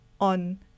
on